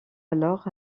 alors